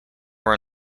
were